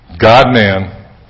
God-man